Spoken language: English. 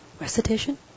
Recitation